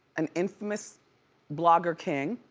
an infamous blogger king,